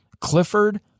Clifford